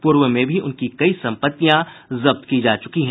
पूर्व में भी उनकी कई संपत्तियां जब्त की जा च्रकी है